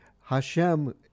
Hashem